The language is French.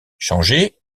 changé